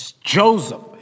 Joseph